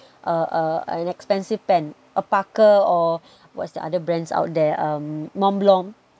uh uh an expensive pen a parker or what's the other brands out there um montblanc